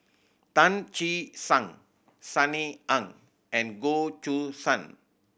Tan Che Sang Sunny Ang and Goh Choo San